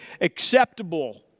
acceptable